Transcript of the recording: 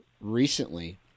recently